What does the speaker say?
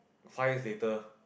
five years later